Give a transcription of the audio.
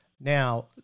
Now